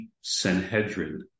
Sanhedrin